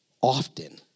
often